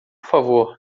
favor